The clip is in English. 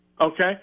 Okay